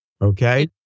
Okay